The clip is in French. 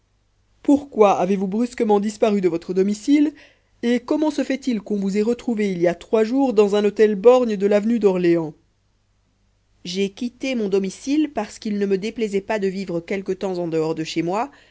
pourquoi avez-vous brusquement disparu de votre domicile et comment se fait-il qu'on vous ait retrouvé il y a trois jours dans un hôtel borgne de l'avenue d'orléans j'ai quitté mon domicile parce qu'il ne me déplaisait pas de vivre quelque temps en dehors de chez moi